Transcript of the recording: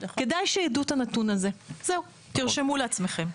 כדאי שיידעו את הנתון הזה, תרשמו לעצמכם.